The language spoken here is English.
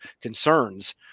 concerns